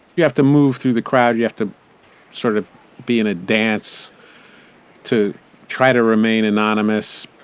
you have to move through the crowd. you have to sort of be in a dance to try to remain anonymous.